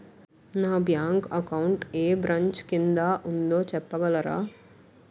నా bank account ఏ branch కిందా ఉందో చెప్పగలరా?